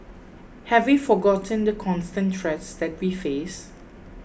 have we forgotten the constant threats that we face